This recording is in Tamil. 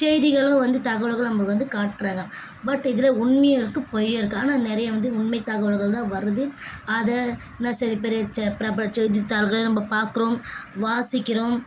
செய்திகளும் வந்து தகவல்களும் நம்மளுக்கு வந்து காட்டுறாங்க பட் இதில் உண்மையும் இருக்குது பொய்யும் இருக்குது ஆனால் நிறைய வந்து உண்மை தகவல்கள்தான் வருது அதை இன்னும் சில பெரிய செ பிரபல செய்தித்தாள்களையும் நம்ம பார்க்குறோம் வாசிக்கிறோம்